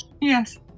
Yes